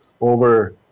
over